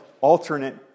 alternate